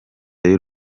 y’u